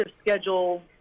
schedule